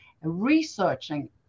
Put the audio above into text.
researching